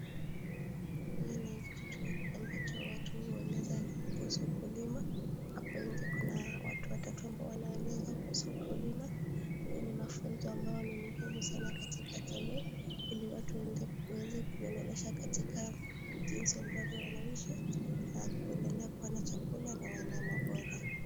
Hii ni kituo amacho watu huelezwa kuhusu ukulima, hapa nje kuna watu watatu ambao wanaelezwa kuhusu ukulima, hii ni mafunzo ambayo ni muhimu sana katika jamii ili watu waweze kujiendeleza katika jinsi ambavyo wanaishi na kuendelea kuwa na chakula na wanyama bora.